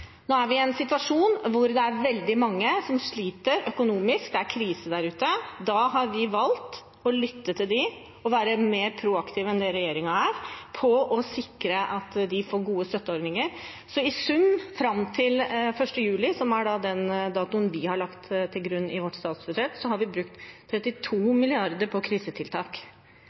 Nå er vi i en situasjon der det er veldig mange som sliter økonomisk. Det er krise der ute. Da har vi valgt å lytte til dem og være mer proaktive enn det regjeringen er, med tanke på å sikre at de får gode støtteordninger. Så i sum har vi – fram til 1. juli, som er den datoen vi har lagt til grunn i vårt statsbudsjett – brukt 32 mrd. kr på krisetiltak.